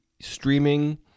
streaming